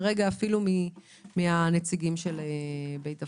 גם מהנציגים של בית דפנה,